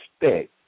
expect